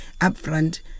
upfront